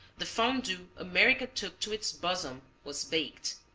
the fondue america took to its bosom was baked.